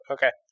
Okay